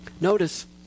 Notice